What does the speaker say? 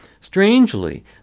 Strangely